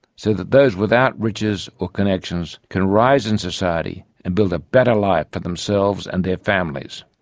so that those without riches or connections can rise in society and build a better life for themselves and their families.